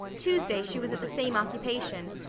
tuesday she was at the same occupation,